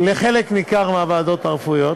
לחלק ניכר בוועדות הרפואיות.